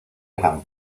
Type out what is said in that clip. eran